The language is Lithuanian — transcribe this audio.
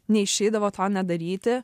neišeidavo to nedaryti